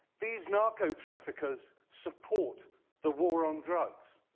these narco-traffickers support the war on drugs.